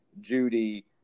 Judy